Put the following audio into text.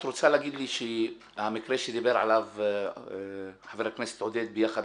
את רוצה להגיד לי שהמקרה שדיבר עליו חבר הכנסת עודד ביחד